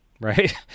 right